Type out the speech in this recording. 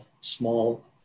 small